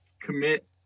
commit